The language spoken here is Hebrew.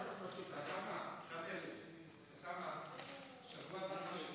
את הנושא לוועדת הפנים והגנת הסביבה נתקבלה.